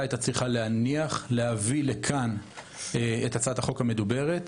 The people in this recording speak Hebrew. הייתה צריכה להביא לכאן את הצעת החוק המדוברת,